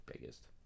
biggest